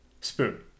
Spoon